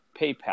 PayPal